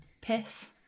Piss